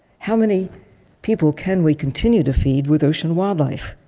how many people can we continue to feed with ocean wildlife?